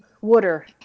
water